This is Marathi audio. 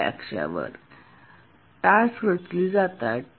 Y अक्षावरटास्क रचली जातात